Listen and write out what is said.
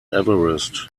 everest